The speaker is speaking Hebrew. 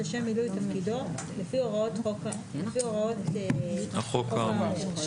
לשם מילוי תפקידו לפי הוראות החוק האמור".